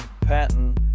Patton